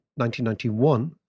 1991